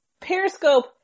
Periscope